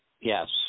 yes